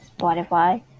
Spotify